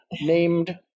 named